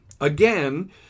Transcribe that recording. Again